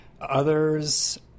Others